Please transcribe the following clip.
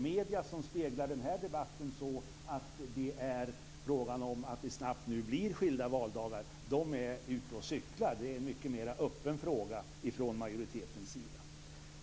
Medierna, som speglar debatten som om det är frågan om att nu snabbt få skilda valdagar, är ute och cyklar. Det är en mycket mera öppen fråga från majoritetens sida.